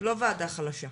לא ועדה חלשה,